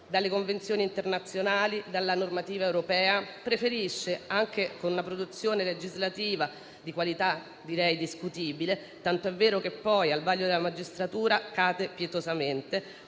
dalle convenzioni internazionali e dalla normativa europea, preferisce, anche con una produzione legislativa di qualità direi discutibile (tant'è vero che al vaglio della magistratura cade pietosamente),